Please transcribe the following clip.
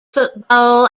football